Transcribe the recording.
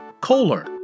Kohler